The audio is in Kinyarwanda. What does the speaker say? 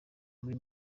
muri